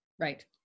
Right